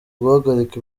guhagarika